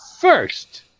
first